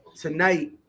tonight